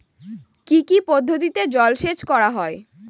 কি কি পদ্ধতিতে জলসেচ করা হয়?